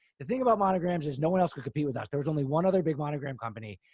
the thing about monograms is no one else could compete with us. there was only one other big monogram company.